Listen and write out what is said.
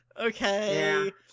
Okay